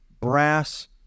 brass